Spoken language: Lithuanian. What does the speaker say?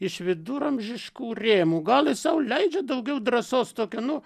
iš viduramžiškų rėmų gal ir sau leidžia daugiau drąsos tokio nu